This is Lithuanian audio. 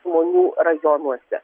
žmonių rajonuose